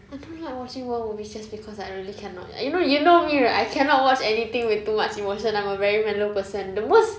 I don't like watching war movies just because I really cannot like you know you know me right I cannot watch anything with too much emotion I'm a very mellow person the most